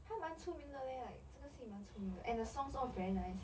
她蛮出名的 leh like 这个戏蛮出名的 and the songs all very nice